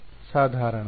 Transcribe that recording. ವಿದ್ಯಾರ್ಥಿ ಸಾಧಾರಣ